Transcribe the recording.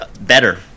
Better